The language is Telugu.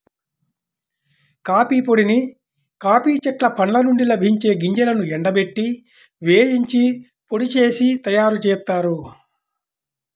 కాఫీ పొడిని కాఫీ చెట్ల పండ్ల నుండి లభించే గింజలను ఎండబెట్టి, వేయించి పొడి చేసి తయ్యారుజేత్తారు